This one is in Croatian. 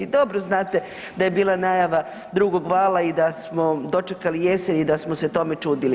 Dobro znate da je bila najava drugog vala i da smo dočekali jesen i da smo se tome čudili.